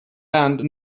and